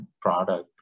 product